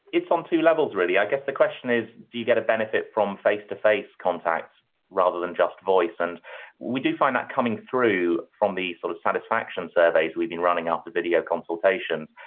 on two levels really. i guess the question is do you get a benefit from face-to-face contact rather than just voice? and we do find that coming through from the sort of satisfaction surveys we've been running after video consultations.